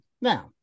Now